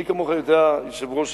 מי כמוך יודע, היושב-ראש